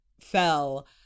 fell